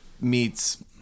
meets